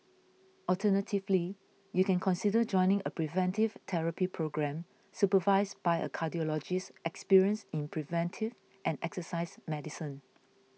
alternatively you can consider joining a preventive therapy programme supervised by a cardiologist experienced in preventive and exercise medicine